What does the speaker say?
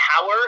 power